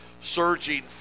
surging